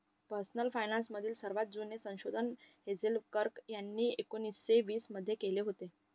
personal finance मधील सर्वात जुने संशोधन हेझेल कर्क यांनी एकोन्निस्से वीस मध्ये केले होते